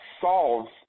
solves